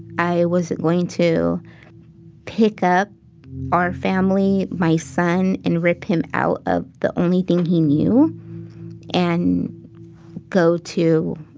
i wasn't going to pick up our family, my son, and rip him out of the only thing he knew and go to